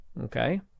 Okay